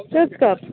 کٔژ کَپ